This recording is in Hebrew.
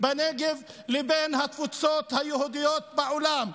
בנגב לבין התפוצות היהודיות בעולם?